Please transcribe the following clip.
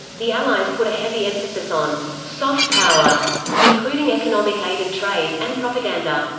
the allies put a heavy emphasis on soft power including economic aid and trade, and propaganda.